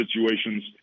situations